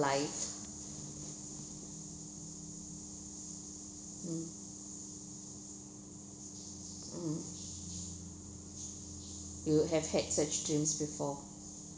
life you have had such dreams before